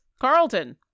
Carlton